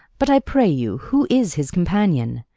but, i pray you, who is his companion?